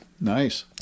Nice